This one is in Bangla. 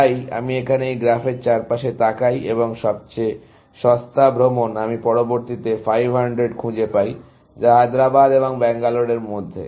তাই আমি এখানে এই গ্রাফের চারপাশে তাকাই এবং সবচেয়ে সস্তা ভ্রমণ আমি পরবর্তীতে 500 খুঁজে পাই যা হায়দ্রাবাদ এবং ব্যাঙ্গালোরের মধ্যে